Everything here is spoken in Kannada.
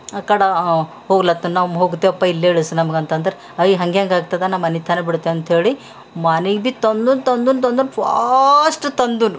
ಆ ಕಡ ಹೋಗ್ಲತ್ತನ ನಾವು ಹೋಗ್ತೆವಪ್ಪ ಇಲ್ಲೇ ಇಳಿಸು ನಮ್ಗಂತಂದ್ರ ಅಯ್ ಹಂಗ ಹೆಂಗೆ ಆಗ್ತದ ನಾ ಮನೆ ತನಕ ಬಿಡ್ತೆ ಅಂತೇಳಿ ಮನೆಗ್ ಬಿ ತಂದನು ತಂದನು ತಂದನು ಫಾಸ್ಟ್ ತಂದನು